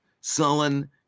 sullen